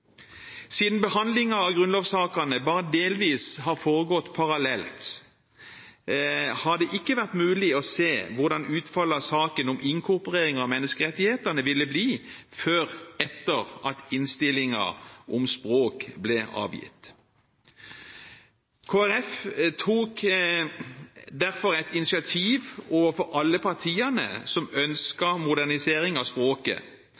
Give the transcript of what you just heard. Siden behandlingen av grunnlovssakene bare delvis har foregått parallelt, har det ikke vært mulig å se hvordan utfallet av saken om inkorporering av menneskerettighetene ville bli før etter at innstillingen om språk ble avgitt. Kristelig Folkeparti tok derfor et initiativ overfor alle partiene som ønsket modernisering av språket,